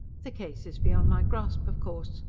the case is beyond my grasp, of course,